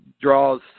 draws